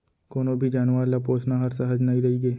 कोनों भी जानवर ल पोसना हर सहज नइ रइगे